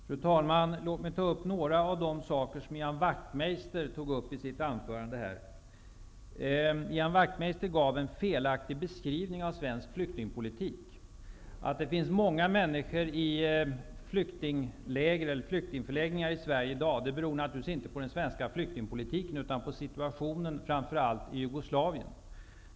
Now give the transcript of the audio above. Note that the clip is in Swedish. Fru talman! Låt mig ta upp några av de saker som Ian Wachtmeister tog uppi sitt anförande. Ian Wachtmeister gav en felaktig beskrivning av svensk flyktingpolitik. Att det finns många människor i flyktingförläggningar i Sverige i dag beror naturligtvis inte på den svenska flyktingpolitiken utan på situationen i framför allt Jugoslavien.